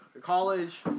college